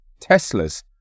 Teslas